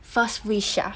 first wish ah